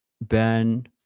ben